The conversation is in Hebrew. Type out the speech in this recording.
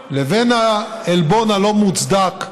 לבין העלבון הלא-מוצדק,